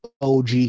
OG